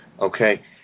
Okay